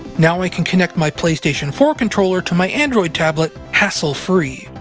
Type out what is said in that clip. now i can connect my playstation four controller to my android tablet, hassle free.